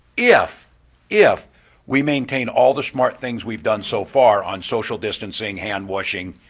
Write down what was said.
if if we maintain all the smart things we've done so far on social distancing, hand washing,